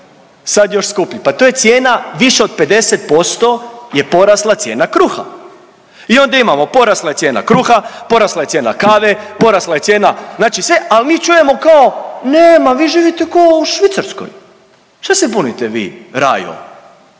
sad još skuplji, pa to je cijena više od 50% je porasla cijena kruha i onda imamo porasla je cijena kruha, porasla je cijena kave, porasla je cijena znači sve, al mi čujemo ne ma vi živite ko u Švicarskoj. Šta se bunite vi rajo,